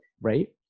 right